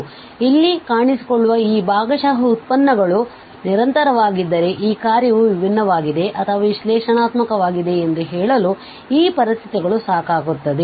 ಮತ್ತು ಇಲ್ಲಿ ಕಾಣಿಸಿಕೊಳ್ಳುವ ಈ ಭಾಗಶಃ ಉತ್ಪನ್ನಗಳು ನಿರಂತರವಾಗಿದ್ದರೆ ಈ ಕಾರ್ಯವು ವಿಭಿನ್ನವಾಗಿದೆ ಅಥವಾ ವಿಶ್ಲೇಷಣಾತ್ಮಕವಾಗಿದೆ ಎಂದು ಹೇಳಲು ಈ ಪರಿಸ್ಥಿತಿಗಳು ಸಾಕಾಗುತ್ತದೆ